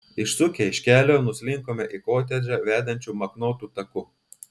išsukę iš kelio nuslinkome į kotedžą vedančiu maknotu taku